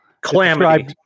Calamity